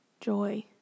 joy